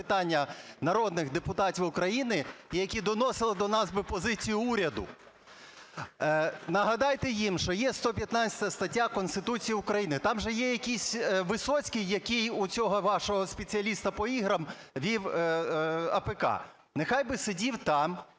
Нехай би сидів там